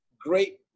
great